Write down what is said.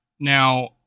Now